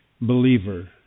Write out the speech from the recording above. believer